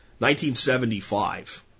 1975